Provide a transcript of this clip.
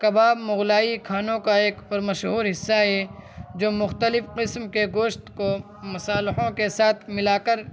کباب مغلائی کھانوں کا ایک اور مشہور حصہ ہے جو مختلف قسم کے گوشت کو مصالحوں کے ساتھ ملا کر